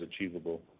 achievable